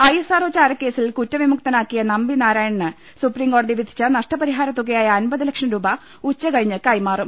I S R O ചാരക്കേസിൽ കുറ്റവിമുക്ത നാക്കിയ നമ്പി നാരായണന് സുപ്രീംകോടതി വിധിച്ച നഷ്ടപരിഹാരത്തുകയായ അൻപത് ലക്ഷം രൂപ ഉച്ചകഴിഞ്ഞ് കൈമാറും